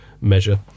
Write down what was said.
measure